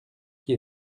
qui